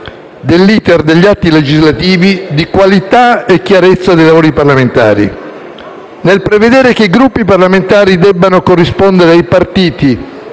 dell'*iter* degli atti legislativi, di qualità e chiarezza dei lavori parlamentari. Nel prevedere che i Gruppi parlamentari debbano corrispondere ai partiti